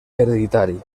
hereditari